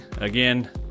Again